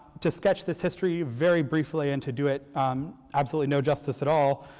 to sketch this history very briefly and to do it absolutely no justice at all.